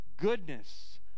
Goodness